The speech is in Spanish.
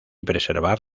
preservar